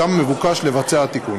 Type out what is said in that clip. ששם מבוקש לבצע את התיקון.